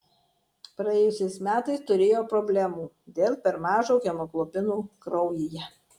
praėjusiais metais turėjau problemų dėl per mažo hemoglobino kraujyje